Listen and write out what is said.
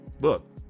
look